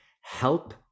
help